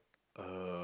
uh